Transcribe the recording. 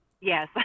Yes